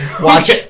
watch